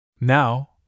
Now